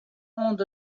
oant